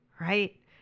right